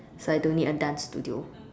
so I don't need a dance studio